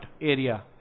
area